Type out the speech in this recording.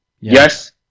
Yes